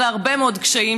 אחרי הרבה מאוד קשיים,